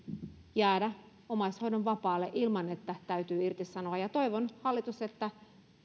jäädä omaishoidon vapaalle ilman että täytyy irtisanoutua toivon hallitus että